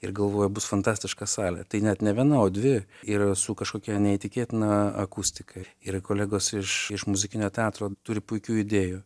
ir galvoju bus fantastiška salė tai net ne viena o dvi ir su kažkokia neįtikėtina akustika yra kolegos iš iš muzikinio teatro turi puikių idėjų